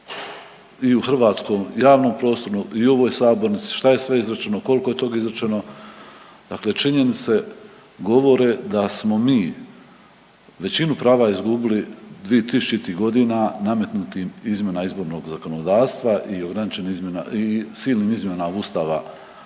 i u hrvatskom javnom prostoru i u ovoj sabornici šta je sve izrečeno, koliko je tog izrečeno, dakle činjenice govore da smo mi većinu prava izgubili 2000.-tih godina nametnutim izmjenama izbornog zakonodavstva i ograničenim izmjenama